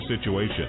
situation